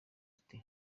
ati